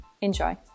Enjoy